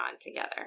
together